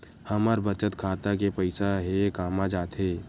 हमर बचत खाता के पईसा हे कामा जाथे?